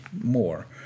more